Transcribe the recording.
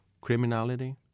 criminality